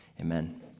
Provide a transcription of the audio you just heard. Amen